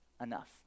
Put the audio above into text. enough